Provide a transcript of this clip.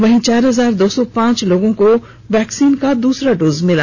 वहीं चार हजार दो सौ पांच लोगों को वैक्सीन का दूसरा डोज दिया गया